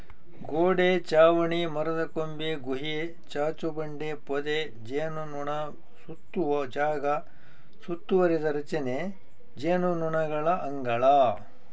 ಗೋಡೆ ಚಾವಣಿ ಮರದಕೊಂಬೆ ಗುಹೆ ಚಾಚುಬಂಡೆ ಪೊದೆ ಜೇನುನೊಣಸುತ್ತುವ ಜಾಗ ಸುತ್ತುವರಿದ ರಚನೆ ಜೇನುನೊಣಗಳ ಅಂಗಳ